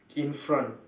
in front